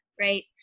right